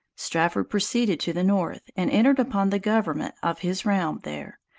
strafford proceeded to the north, and entered upon the government of his realm there,